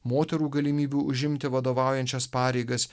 moterų galimybių užimti vadovaujančias pareigas